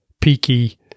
peaky